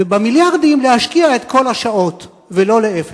ובמיליארדים להשקיע את כל השעות, ולא להיפך.